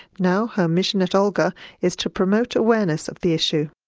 now her mission at olga is to promote awareness of the issue.